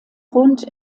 grund